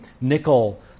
nickel